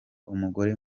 umugore